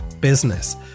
business